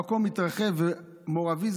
המקום התרחב ולמור אבי,